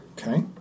Okay